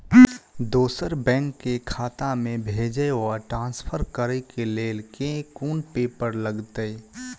दोसर बैंक केँ खाता मे भेजय वा ट्रान्सफर करै केँ लेल केँ कुन पेपर लागतै?